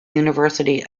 university